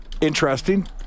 interesting